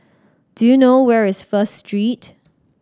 do you know where is First Street